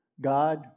God